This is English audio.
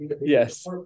Yes